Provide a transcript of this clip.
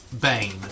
Bane